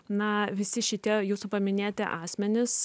na visi šitie jūsų paminėti asmenys